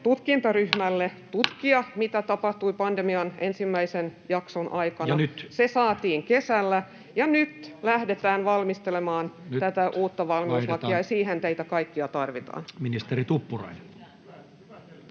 koputtaa] tutkia, mitä tapahtui pandemian ensimmäisen jakson aikana. [Puhemies huomauttaa ajasta] Se saatiin kesällä, ja nyt lähdetään valmistelemaan tätä uutta valmiuslakia, ja siihen teitä kaikkia tarvitaan.